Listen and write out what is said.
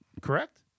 Correct